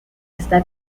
está